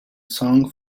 song